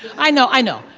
i know, i know.